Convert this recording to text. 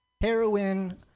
heroin